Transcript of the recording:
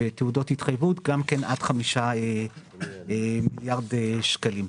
בתעודות התחייבות גם עד 5 מיליארד שקלים.